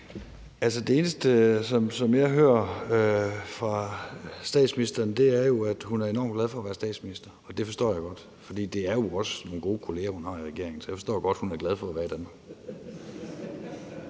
Det eneste, som jeg hører fra statsministeren, er jo, at hun er enormt glad for at være statsminister, og det forstår jeg godt, for det er jo også nogle gode kolleger, hun har i regeringen. Så jeg forstår godt, at hun er glad for at være i